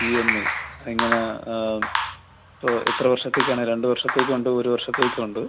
ഈ M I എങ്ങനെ ഇപ്പോൾ എത്ര വർഷത്തേക്കാണ് രണ്ട് വർഷത്തേക്കുണ്ട് ഒരു വർഷത്തേക്കുണ്ട്